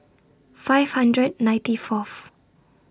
five hundred ninety Fourth